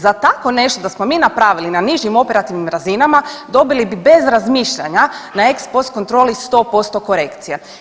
Za tako nešto da smo mi napravili na nižim operativnim razinama dobili bez razmišljanja na ex post kontroli 100% korekcija.